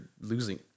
losing